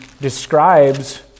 describes